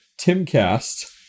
Timcast